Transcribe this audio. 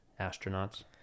astronauts